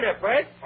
Fred